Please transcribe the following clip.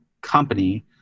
company